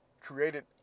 created